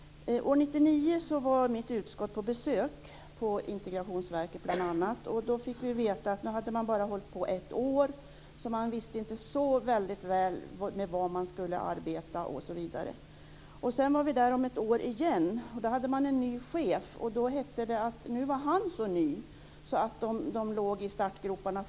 År 1999 var mitt utskott på besök på bl.a. Integrationsverket. Då fick vi veta att verksamheten hade pågått under bara ett år. Man visste därför inte så väldigt väl vad man skulle arbeta med osv. Sedan besökte vi Integrationsverket efter ytterligare ett år. Då hade man en ny chef, och då hette det att han var så ny att man fortfarande låg i startgroparna.